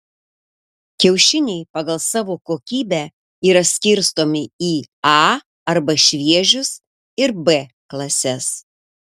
kiaušiniai pagal savo kokybę yra skirstomi į a arba šviežius ir b klases